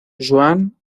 joan